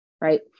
right